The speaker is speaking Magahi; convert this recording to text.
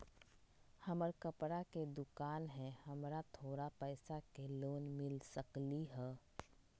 हमर कपड़ा के दुकान है हमरा थोड़ा पैसा के लोन मिल सकलई ह?